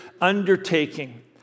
undertaking